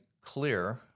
clear